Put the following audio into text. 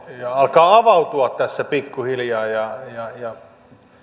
ja avautua tässä pikkuhiljaa ja ja